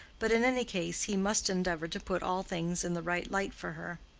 but in any case he must endeavor to put all things in the right light for her.